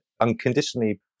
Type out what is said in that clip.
unconditionally